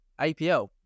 APL